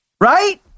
Right